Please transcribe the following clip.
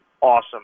awesome